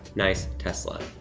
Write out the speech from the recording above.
nice tesla.